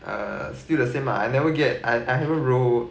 err still the same lah I never get I I haven't roll